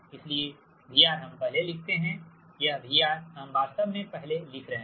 इसलिए VR हम पहले लिखते हैं यह VR हम वास्तव में पहले लिख रहे है